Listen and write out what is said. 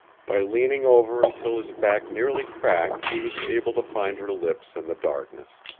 by leaning over until his back nearly cracked he was able to find her lips in the darkness.